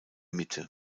mitte